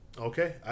Okay